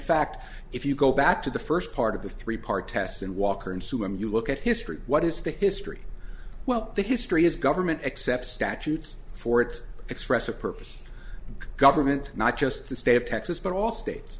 fact if you go back to the first part of the three part test and walker and sue him you look at history what is the history well the history is government except statutes for its express a purpose government not just the state of texas but all states